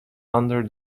under